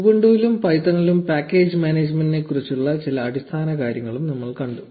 ഉബുണ്ടുവിലും പൈത്തണിലും പാക്കേജ് മാനേജ്മെന്റിനെക്കുറിച്ചുള്ള ചില അടിസ്ഥാനകാര്യങ്ങളും ഞങ്ങൾ കണ്ടു